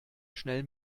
schnell